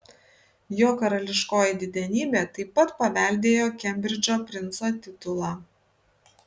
jo karališkoji didenybė taip pat paveldėjo kembridžo princo titulą